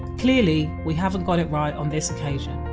clearly, we haven't got it right on this occasion.